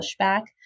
pushback